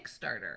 Kickstarter